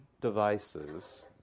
devices